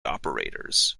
operators